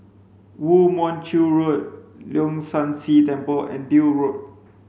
Woo Mon Chew Road Leong San See Temple and Deal Road